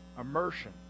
immersion